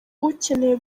ukeneye